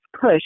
push